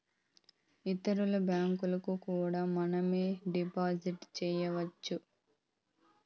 ఇతరుల బ్యాంకులకు కూడా మనమే డిపాజిట్ చేయొచ్చు